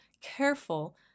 careful